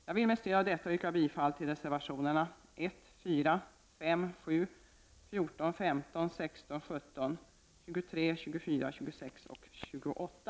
Jag vill med stöd av detta yrka bifall till reservationerna 1, 4, 5, 7, 14, 15, 16, 17, 23, 24, 26 och 28.